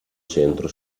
centro